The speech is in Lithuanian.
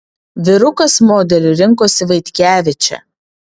vyrukas modeliu rinkosi vaitkevičę